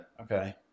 Okay